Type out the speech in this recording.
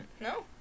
No